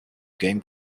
game